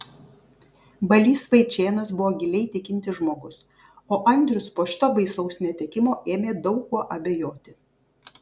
balys vaičėnas buvo giliai tikintis žmogus o andrius po šito baisaus netekimo ėmė daug kuo abejoti